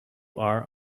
are